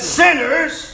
sinners